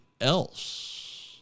else